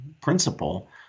principle